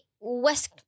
West